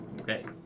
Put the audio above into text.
Okay